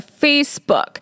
Facebook